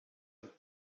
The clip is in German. and